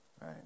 right